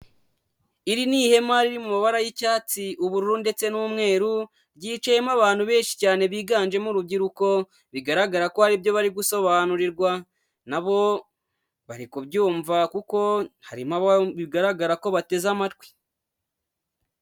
Iri ni ihema riri mu mabara y'icyatsi, ubururu ndetse n'umweru, ryiciyemo abantu benshi cyane biganjemo urubyiruko bigaragara ko hari ibyo bari gusobanurirwa, nabo bari kubyumva kuko harimo abo bigaragara ko bateze amatwi.